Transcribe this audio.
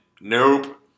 Nope